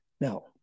Now